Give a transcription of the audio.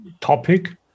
topic